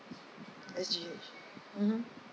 S_G_H (uh huh)